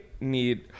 need